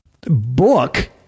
book